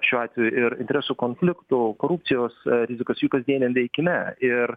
šiuo atveju ir interesų konfliktų korupcijos rizikas jų kasdieniam veikime ir